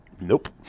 Nope